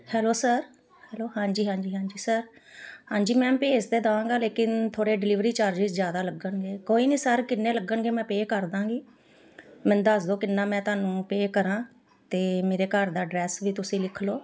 hello sir hello ਹਾਂਜੀ ਹਾਂਜੀ ਹਾਂਜੀ ਸਰ ਹਾਂਜੀ ਮੈਮ ਭੇਜ ਤਾਂ ਦੇਵਾਂਗਾ ਲੇਕਿਨ ਥੋੜ੍ਹੇ ਡਿਲੀਵਰੀ ਚਾਰਜਿਸ ਜ਼ਿਆਦਾ ਲੱਗਣਗੇ ਕੋਈ ਨਾ ਸਰ ਕਿੰਨੇ ਲੱਗਣਗੇ ਮੈਂ ਪੇ ਕਰ ਦੇਵਾਂਗੀ ਮੈਨੂੰ ਦੱਸ ਦਿਉ ਕਿੰਨਾ ਮੈਂ ਤੁਹਾਨੂੰ ਪੇ ਕਰਾਂ ਅਤੇ ਮੇਰੇ ਘਰ ਦਾ ਐਡਰੈਸ ਵੀ ਤੁਸੀਂ ਲਿਖ ਲਉ